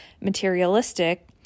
materialistic